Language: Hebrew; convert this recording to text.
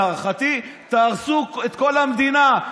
להערכתי תהרסו את כל המדינה,